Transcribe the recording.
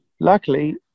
luckily